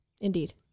Indeed